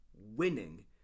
winning